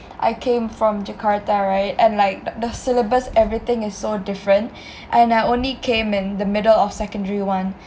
I came from jakarta right and like the syllabus everything is so different and I only came in the middle of secondary one